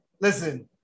listen